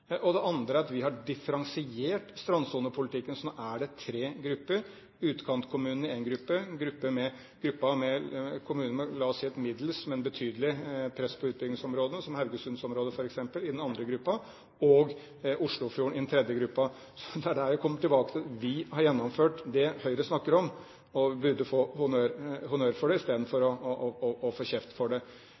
Det andre er at vi har differensiert strandsonepolitikken, slik at nå er det tre grupper: utkantkommunene i én gruppe, gruppen med kommuner med – la oss si – et middels, men betydelig press på utbyggingsområdene, som Haugesund-området, f.eks., i den andre gruppen og Oslofjorden i den tredje gruppen. Det er da jeg vil komme tilbake til at vi har gjennomført det Høyre snakker om, og burde få honnør for det, istedenfor å få kjeft for det. Jeg vil ikke blande meg inn i detaljer når det